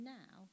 now